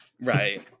Right